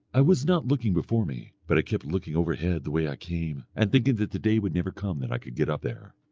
i was not looking before me, but i kept looking overhead the way i came and thinking that the day would never come that i could get up there.